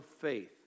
Faith